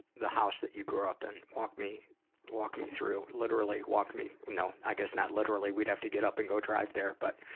the house that you grew up in. walk me walk me through. literally walk me no i guess not literally. we'd have to get up and go drive there. but